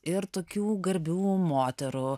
ir tokių garbių moterų